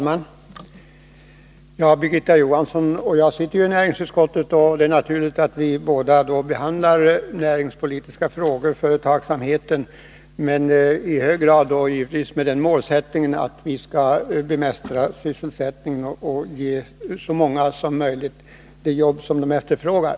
Fru talman! Birgitta Johansson och jag sitter båda i näringsutskottet. Det är därför naturligt att vi behandlar näringspolitiska frågor och företagsamheten — då i hög grad med den målsättningen att vi skall trygga sysselsättningen och ge så många som möjligt det jobb som de efterfrågar.